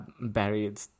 buried